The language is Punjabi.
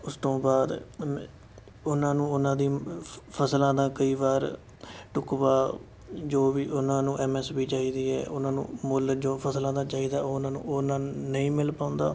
ਉਸ ਤੋਂ ਬਾਅਦ ਉ ਉਹਨਾਂ ਨੂੰ ਉਨ੍ਹਾਂ ਦੀ ਫਸਲਾਂ ਦਾ ਕਈ ਵਾਰ ਢੁੱਕਵਾਂ ਜੋ ਵੀ ਉਹਨਾਂ ਨੂੰ ਐੱਮ ਐੱਸ ਪੀ ਚਾਹੀਦੀ ਹੈ ਉਹਨਾਂ ਨੂੰ ਮੁੱਲ ਜੋ ਫਸਲਾਂ ਦਾ ਚਾਹੀਦਾ ਉਹ ਉਹਨਾਂ ਨੂੰ ਉਨਾਂ ਨਹੀਂ ਮਿਲ ਪਾਉਂਦਾ